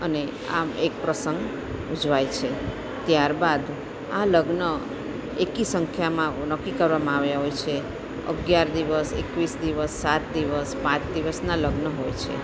અને આમ એક પ્રસંગ ઉજવાય છે ત્યારબાદ આ લગ્ન એકી સંખ્યામાં નક્કી કરવામાં આવ્યા હોય છે અગિયાર દિવસ એકવીસ દિવસ સાત દિવસ પાંચ દિવસના લગ્ન હોય છે